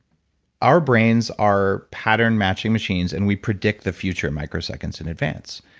our brains are pattern matching machines and we predict the future microseconds in advance.